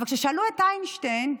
אבל כששאלו את איינשטיין,